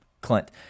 Clint